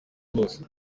bose